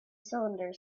cylinder